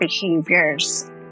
behaviors